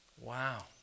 Wow